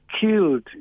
killed